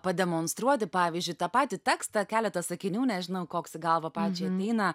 pademonstruoti pavyzdžiui tą patį tekstą keletą sakinių nežinau koks į galvą pačiai ateina